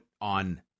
on